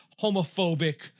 homophobic